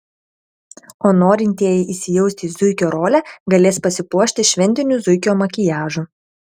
o norintieji įsijausti į zuikio rolę galės pasipuošti šventiniu zuikio makiažu